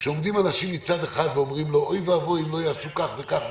כשמצד אחד עומדים אנשים ואומרים לו: אוי ואבוי אם לא יעשו כך וכך,